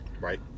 Right